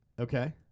Okay